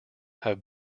have